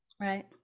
Right